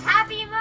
Happy